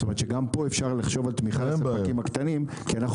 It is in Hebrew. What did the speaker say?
זאת אומרת שגם פה אפשר לחשוב על תמיכה בעסקים הקטנים כי אנחנו